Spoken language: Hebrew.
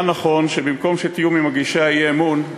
היה נכון שבמקום שתהיו ממגישי האי-אמון,